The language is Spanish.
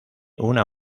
una